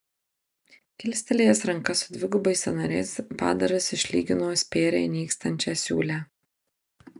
kilstelėjęs rankas su dvigubais sąnariais padaras išlygino spėriai nykstančią siūlę